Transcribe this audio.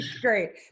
Great